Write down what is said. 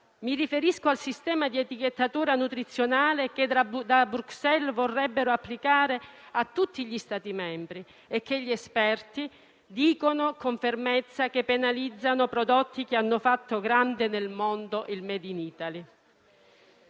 Mi riferisco al sistema di etichettatura nutrizionale che da Bruxelles si vorrebbe applicare a tutti gli Stati membri e che gli esperti dicono con fermezza che penalizza prodotti che hanno fatto grande nel mondo il *made in Italy.*